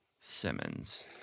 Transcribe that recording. simmons